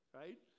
right